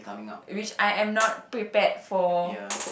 which I am not prepared for